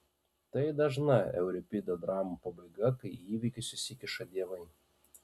tai dažna euripido dramų pabaiga kai į įvykius įsikiša dievai